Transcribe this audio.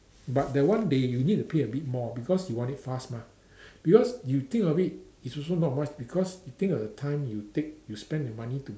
but that one they you need pay a bit more because you want it fast mah because you think of it it's also not much because you think of your time you take you spent your money to